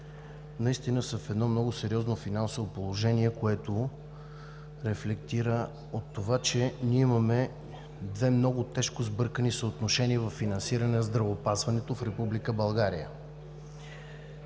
наистина са в много сериозно финансово положение, което рефлектира от това, че имаме две много тежко сбъркани съотношения във финансирането на здравеопазването в Република България.